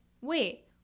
wait